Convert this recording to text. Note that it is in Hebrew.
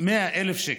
100,000 שקל.